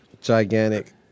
gigantic